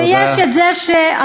ויש זה, תודה.